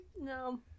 No